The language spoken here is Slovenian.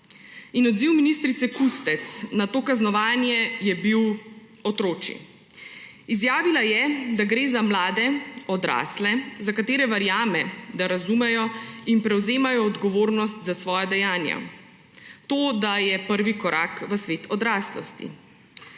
odziv ministrice Kustec na to kaznovanje je bil otročji. Izjavila je, da gre za mlade odrasle, za katere verjame, da razumejo in prevzemajo odgovornost za svoja dejanja, to da je prvi korak v svet odraslosti.